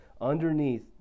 underneath